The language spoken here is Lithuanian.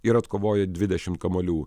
ir atkovojo dvidešimt kamuolių